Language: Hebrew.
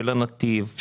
של נתיב,